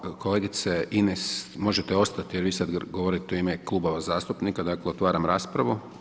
Hvala kolegice Ines, možete ostati jer vi sad govorite u ime Klubova zastupnika, dakle otvaram raspravu.